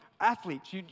athletes